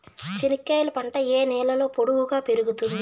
చెనక్కాయలు పంట ఏ నేలలో పొడువుగా పెరుగుతుంది?